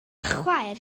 chwaer